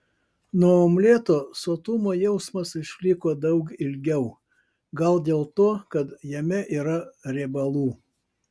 nuo omleto sotumo jausmas išliko daug ilgiau gal dėl to kad jame yra riebalų